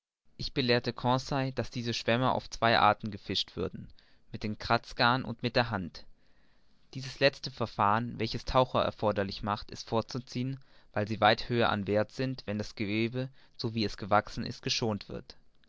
ich belehrte conseil daß diese schwämme auf zwei arten gefischt würden mit dem kratzgarn und mit der hand dieses letztere verfahren welches taucher erforderlich macht ist vorzuziehen weil sie weit höher an werth sind wenn das gewebe so wie es gewachsen ist geschont wird